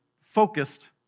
focused